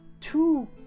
two